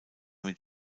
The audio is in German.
mit